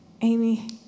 Amy